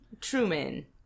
truman